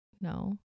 No